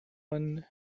one